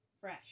fresh